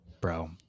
bro